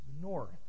north